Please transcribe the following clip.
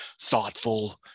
thoughtful